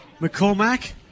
McCormack